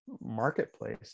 marketplace